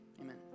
amen